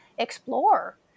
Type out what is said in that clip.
explore